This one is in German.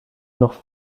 noch